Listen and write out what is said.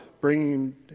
bringing